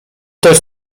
też